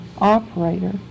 operator